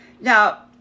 Now